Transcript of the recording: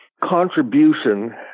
contribution